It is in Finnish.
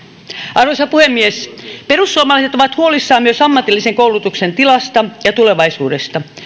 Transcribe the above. arvoisa puhemies perussuomalaiset ovat huolissaan myös ammatillisen koulutuksen tilasta ja tulevaisuudesta